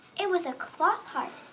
it was a cloth heart,